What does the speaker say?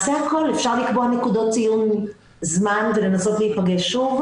שאנחנו שוב מבקשים לקבל עוד אם למישהו יש משהו להוסיף,